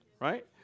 Right